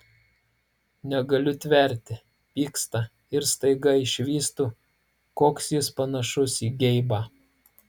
negaliu tverti pyksta ir staiga išvystu koks jis panašus į geibą